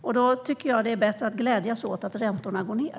Då tycker jag att det är bättre att glädjas åt att räntorna går ned.